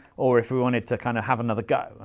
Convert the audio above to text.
or if we wanted to kind of have another go.